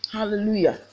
Hallelujah